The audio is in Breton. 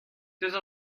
diouzh